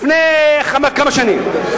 לפני כמה שנים.